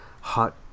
hot